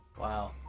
wow